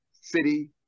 city